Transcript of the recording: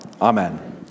Amen